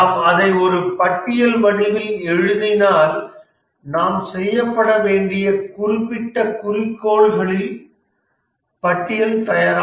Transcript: நாம் அதை ஒரு பட்டியல் வடிவில் எழுதினால் நாம் செய்யப்பட வேண்டிய குறிப்பிட்ட குறிக்கோள்களின் பட்டியல் தயாராகும்